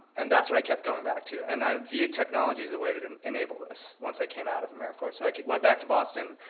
and that's what i kept going back to. and i view technology as a way to to enable this once i came out of americorps. so i went back to boston,